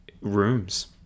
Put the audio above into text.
rooms